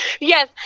Yes